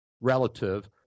relative